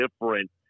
different